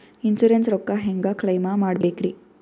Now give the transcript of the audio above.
Insurance ರೊಕ್ಕ ಹೆಂಗ claim ಮಾಡ್ಬೇಕ್ರಿ?